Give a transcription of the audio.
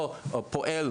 אותו פועל